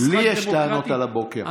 לי יש טענות על הבוקר.